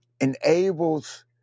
enables